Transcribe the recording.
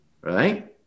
right